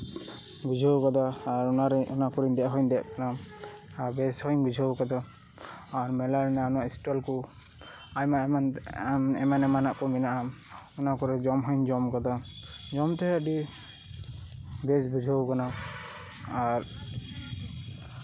ᱵᱩᱡᱷᱟᱹᱣ ᱟᱠᱟᱫᱟ ᱟᱨ ᱚᱱᱟ ᱨᱮ ᱚᱱᱟ ᱠᱚᱨᱮ ᱫᱮᱡ ᱦᱩᱸᱧ ᱫᱮᱡ ᱟᱠᱟᱱᱟ ᱟᱨ ᱵᱮᱥ ᱦᱩᱸᱧ ᱵᱩᱡᱷᱟᱹᱣ ᱟᱠᱟᱫᱟ ᱟᱨ ᱢᱮᱞᱟ ᱨᱮᱱᱟᱜ ᱚᱱᱟ ᱥᱴᱚᱞ ᱠᱚ ᱟᱭᱢᱟᱼᱟᱭᱢᱟ ᱮᱸᱜ ᱮᱢᱟᱱᱼᱮᱢᱟᱱᱟᱜ ᱠᱚ ᱢᱮᱱᱟᱜᱼᱟ ᱚᱱᱟ ᱠᱚᱨᱮ ᱡᱚᱢ ᱦᱚᱸᱧ ᱡᱚᱢ ᱟᱠᱟᱫᱟ ᱚᱱᱟᱠᱚᱨᱮ ᱡᱚᱢ ᱛᱮ ᱟᱹᱰᱤ ᱵᱮᱥ ᱵᱩᱡᱷᱟᱹᱣ ᱟᱠᱟᱱᱟ ᱟᱨ